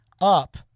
up